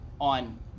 on